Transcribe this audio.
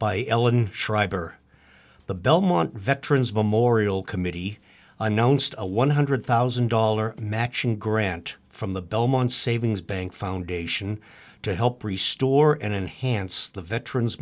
by ellen schreiber the belmont veterans memorial committee announced a one hundred thousand dollars matching grant from the belmont savings bank foundation to help restore and enhance the veterans